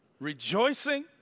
rejoicing